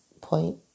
point